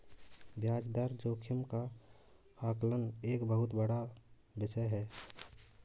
ब्याज दर जोखिम का आकलन एक बहुत बड़ा विषय है